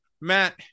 Matt